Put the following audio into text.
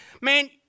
man